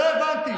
לא הבנתי.